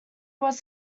was